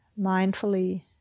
mindfully